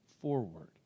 forward